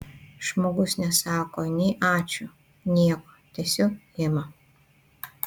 žmogus nesako nei ačiū nieko tiesiog ima